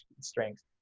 strengths